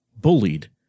bullied